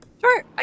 Sure